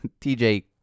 TJ